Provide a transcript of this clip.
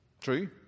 True